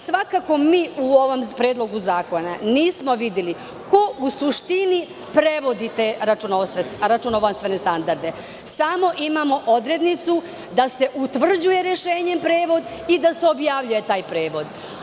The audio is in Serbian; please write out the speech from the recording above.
Svakako, mi u ovom predlogu zakona nismo videli ko u suštini prevodi te računovodstvene standarde, samo imamo odrednicu da se utvrđuje rešenjem prevod i da se objavljuje taj prevod.